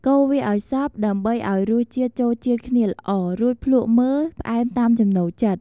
កូរវាឱ្យសព្វ ដើម្បីឱ្យរសជាតិចូលជាតិគ្នាល្អ រួចភ្លក់មើលផ្អែមតាមចំណូលចិត្ត។